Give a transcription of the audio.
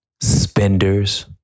spenders